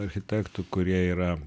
architektų kurie yra